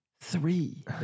Three